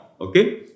Okay